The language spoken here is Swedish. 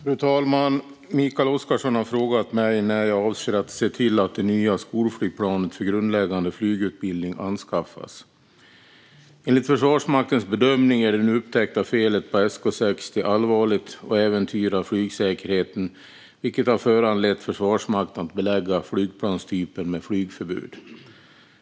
Fru talman! Mikael Oscarsson har frågat mig när jag avser att se till att det nya skolflygplanet för grundläggande flygutbildning anskaffas. Enligt Försvarsmaktens bedömning är det nu upptäckta felet på SK 60 allvarligt. Det äventyrar flygsäkerheten, vilket har föranlett Försvarsmakten att belägga flygplanstypen med flygförbud.